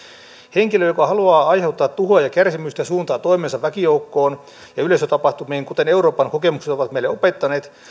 henkilö joka haluaa aiheuttaa tuhoa ja kärsimystä suuntaa toimensa väkijoukkoon ja yleisötapahtumiin kuten euroopan kokemukset ovat meille opettaneet